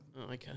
okay